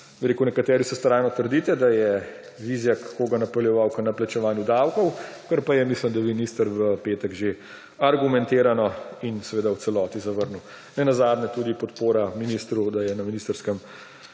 to, kar nekatere vztrajno trdite, da je Vizjak koga napeljeval k neplačevanju davkov, kar pa je, mislim, minister v petek že argumentirano in v celoti zavrnil. Nenazadnje tudi podpora ministru, da je na ministrskem